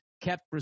kept